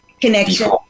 connection